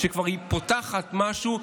שכבר פותחת משהו,